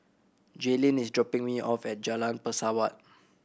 Jaylin is dropping me off at Jalan Pesawat